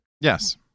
Yes